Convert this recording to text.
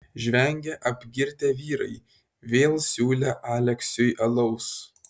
žvengė apgirtę vyrai vėl siūlė aleksiui alaus